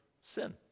sin